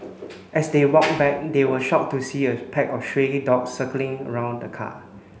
as they walked back they were shocked to see a pack of stray dogs circling around the car